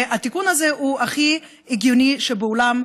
והתיקון הזה הוא הכי הגיוני שבעולם.